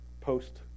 post-